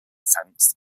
sense